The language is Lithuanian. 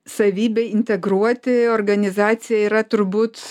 savybė integruoti organizacijai yra turbūt